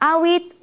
Awit